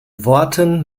worten